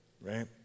Right